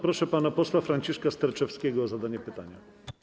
Proszę pana posła Franciszka Sterczewskiego o zadanie pytania.